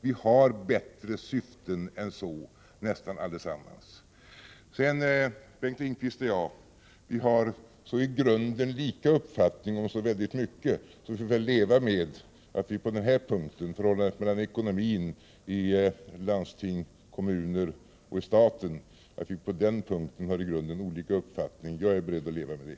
Nästan allesammans har vi bättre syften än så. Bengt Lindqvist och jag har i grunden så lika uppfattning om så väldigt mycket att vi skulle kunna leva med att vi på den här punkten — det gäller ekonomin i landsting, i kommuner och i staten — i grunden har olika uppfattning. Jag är beredd att leva med det.